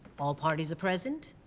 all parties are present?